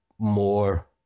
more